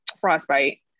frostbite